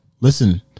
Listen